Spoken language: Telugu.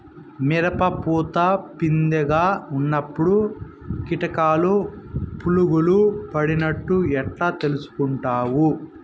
మిరప పూత పిందె గా ఉన్నప్పుడు కీటకాలు పులుగులు పడినట్లు ఎట్లా తెలుసుకుంటావు?